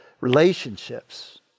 Relationships